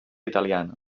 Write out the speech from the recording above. italiana